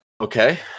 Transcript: Okay